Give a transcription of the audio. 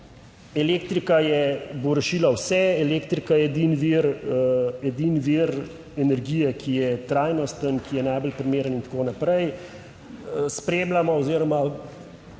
elektrika bo rešila vse, elektrika je edini vir, edini vir energije, ki je trajnosten, ki je najbolj primeren in tako naprej. Spremljamo oziroma